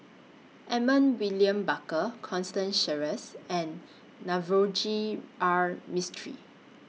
Edmund William Barker Constance Sheares and Navroji R Mistri